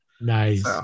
Nice